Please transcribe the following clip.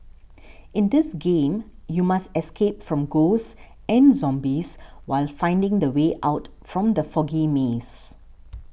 in this game you must escape from ghosts and zombies while finding the way out from the foggy maze